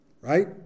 right